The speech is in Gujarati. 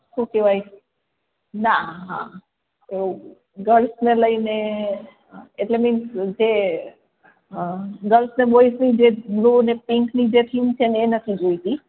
શું કહેવાય ના હા એવું ગર્લ્સને લઈને એટલે મીન્સ જે ગર્લ્સ ને બોય્ઝની જે બ્લૂ ને પિન્કની જે થીમ છે ને એ નથી જોઈતી